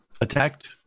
attacked